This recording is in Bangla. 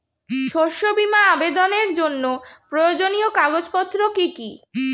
শস্য বীমা আবেদনের জন্য প্রয়োজনীয় কাগজপত্র কি কি?